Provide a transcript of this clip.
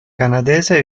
canadese